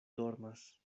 dormas